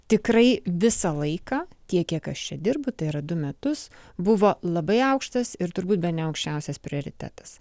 tikrai visą laiką tiek kiek aš čia dirbu tai yra du metus buvo labai aukštas ir turbūt bene aukščiausias prioritetas